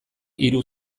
hiru